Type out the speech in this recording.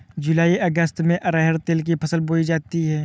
जूलाई अगस्त में अरहर तिल की फसल बोई जाती हैं